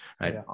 right